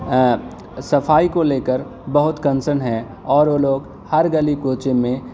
صفائی کو لے کر بہت کنسرن ہیں اور وہ لوگ ہر گلی کوچے میں